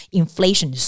inflation